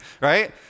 right